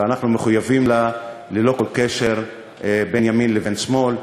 ואנחנו מחויבים לה ללא כל קשר בין ימין לבין שמאל,